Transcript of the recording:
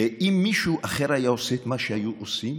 שאם אחרים היו עושים את מה שהיו עושים